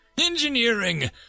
Engineering